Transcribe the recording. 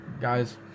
Guys